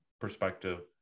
perspective